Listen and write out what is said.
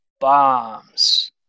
bombs